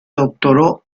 doctoró